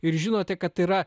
ir žinote kad yra